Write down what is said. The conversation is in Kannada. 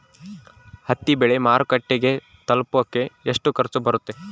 ಹತ್ತಿ ಬೆಳೆ ಮಾರುಕಟ್ಟೆಗೆ ತಲುಪಕೆ ಎಷ್ಟು ಖರ್ಚು ಬರುತ್ತೆ?